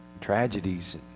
tragedies